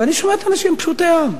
אני שומע את האנשים פשוטי העם.